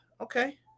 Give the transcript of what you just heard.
Okay